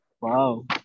Wow